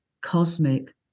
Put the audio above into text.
cosmic